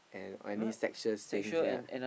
and any sexual things yea